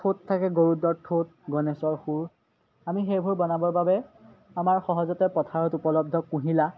ঠোঁট থাকে গৰুদ্ৰৰ ঠোঁট গণেশৰ শুৰ আমি সেইবোৰ বনাবৰ বাবে আমাৰ সহজতে পথাৰত উপলব্ধ কুহিলা